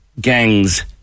gangs